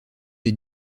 des